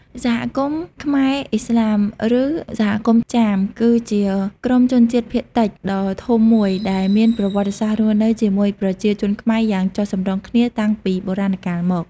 សហគមន៍ខ្មែរឥស្លាម ឬសហគមន៍ចាម គឺជាក្រុមជនជាតិភាគតិចដ៏ធំមួយដែលមានប្រវត្តិសាស្ត្ររស់នៅជាមួយប្រជាជនខ្មែរយ៉ាងចុះសម្រុងគ្នាតាំងពីបុរាណកាលមក។